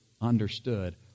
understood